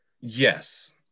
Yes